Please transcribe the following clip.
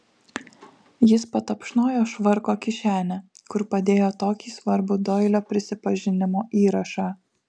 jis patapšnojo švarko kišenę kur padėjo tokį svarbų doilio prisipažinimo įrašą